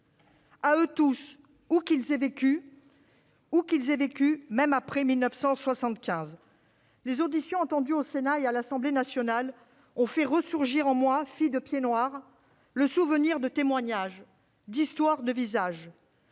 eux, où qu'ils aient vécu, avant ou après 1975. Les auditions du Sénat et de l'Assemblée nationale ont fait ressurgir en moi, fille de pieds-noirs, nombre de souvenirs, de témoignages, d'histoires et de visages.